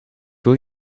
wil